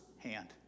Hand